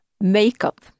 Makeup